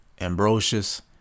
Ambrosius